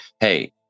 hey